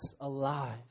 alive